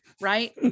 right